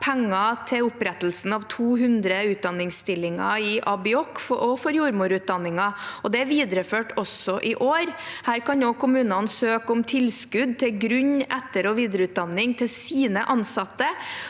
penger til opprettelse av 200 utdanningsstillinger i ABIOK og for jordmorutdanningen, og det er videreført også i år. Her kan også kommunene søke om tilskudd til grunn-, etter- og videreutdanning til sine ansatte,